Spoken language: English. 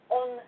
on